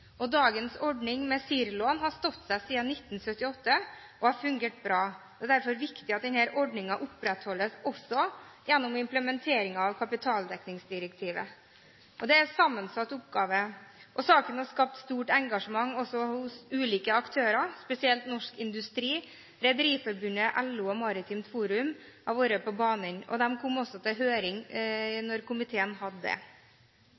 eksportfinansiering. Dagens ordning med CIRR-lån har stått seg siden 1978 og har fungert bra. Det er derfor viktig at denne ordningen opprettholdes også gjennom implementeringen av kapitaldekningsdirektivet, og det er en sammensatt oppgave. Saken har skapt stort engasjement også hos ulike aktører. Spesielt Norsk Industri, Norges Rederiforbund, LO og Maritimt Forum har vært på banen, og de kom også til høring da komiteen hadde det.